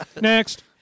Next